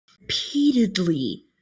repeatedly